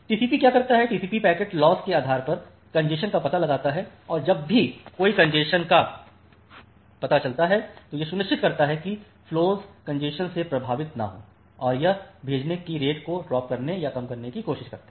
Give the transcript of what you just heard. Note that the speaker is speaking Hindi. टीसीपीक्या करता है टीसीपीपैकेट्स लॉस के आधार पर कॅन्जेशन का पता लगाता है और जब भी कोई कॅन्जेशन का पता चलता है तो यह सुनिश्चित करता है कि फ्लोस कॅन्जेशन से प्रभावित न हो और यह भेजने की रेट को ड्राप करने या कम करने की कोशिश करता है